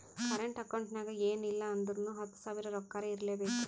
current account ನಾಗ್ ಎನ್ ಇಲ್ಲ ಅಂದುರ್ನು ಹತ್ತು ಸಾವಿರ ರೊಕ್ಕಾರೆ ಇರ್ಲೆಬೇಕು